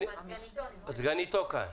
סגניתו כאן.